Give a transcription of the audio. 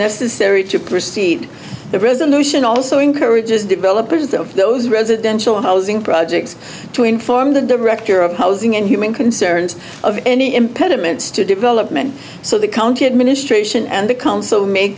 necessary to proceed the resolution also encourages developers of those residential housing projects to inform the director of housing and human concerns of any impediments to development so the county administration and the council may